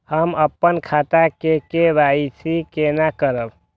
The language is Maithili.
हम अपन खाता के के.वाई.सी केना करब?